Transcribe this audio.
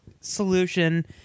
solution